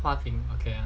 parking okay